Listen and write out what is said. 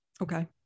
Okay